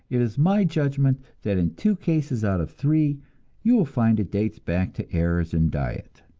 it is my judgment that in two cases out of three you will find it dates back to errors in diet.